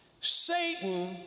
Satan